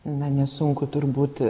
na nesunku turbūt